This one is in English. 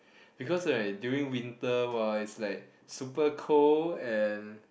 because right during winter !wow! is like super cold and